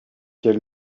quel